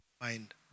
mind